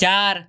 চার